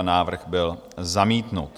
Návrh byl zamítnut.